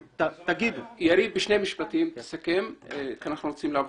תסכם בשני משפטים כי אנחנו רוצים להתקדם.